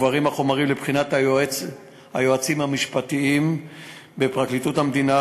החומרים מועברים לבחינת היועצים המשפטיים בפרקליטות המדינה,